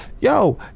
Yo